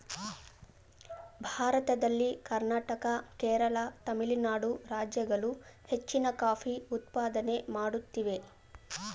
ಭಾರತದಲ್ಲಿ ಕರ್ನಾಟಕ, ಕೇರಳ, ತಮಿಳುನಾಡು ರಾಜ್ಯಗಳು ಹೆಚ್ಚಿನ ಕಾಫಿ ಉತ್ಪಾದನೆ ಮಾಡುತ್ತಿವೆ